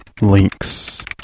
Links